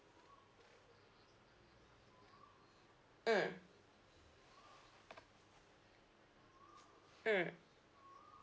mm mm